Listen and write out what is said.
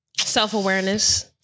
self-awareness